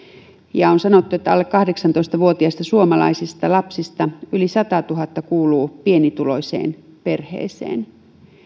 ja on sanottu että alle kahdeksantoista vuotiaista suomalaisista lapsista yli satatuhatta kuuluu pienituloiseen perheeseen